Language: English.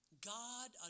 God